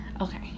Okay